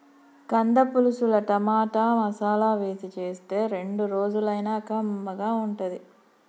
కంద పులుసుల టమాటా, మసాలా వేసి చేస్తే రెండు రోజులైనా కమ్మగా ఉంటది